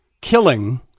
killing